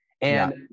And-